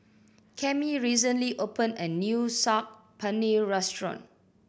Cammie recently opened a new Saag Paneer Restaurant